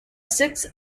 six